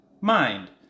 mind